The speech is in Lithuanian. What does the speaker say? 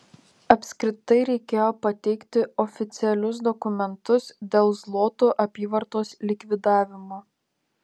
apskritai reikėjo pateikti oficialius dokumentus dėl zlotų apyvartos likvidavimo